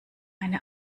eine